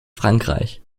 frankreich